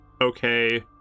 okay